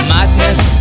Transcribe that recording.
Madness